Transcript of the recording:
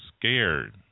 scared